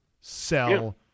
Sell